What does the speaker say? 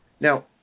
Now